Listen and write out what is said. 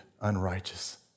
unrighteous